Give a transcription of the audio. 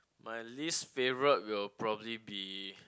my least favourite will probably be